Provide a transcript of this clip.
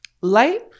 Light